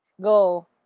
go